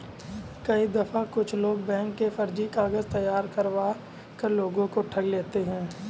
कई दफा कुछ लोग बैंक के फर्जी कागज तैयार करवा कर लोगों को ठग लेते हैं